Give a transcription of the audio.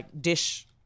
dish